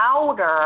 louder